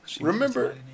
Remember